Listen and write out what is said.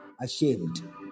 ashamed